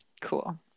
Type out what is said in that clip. cool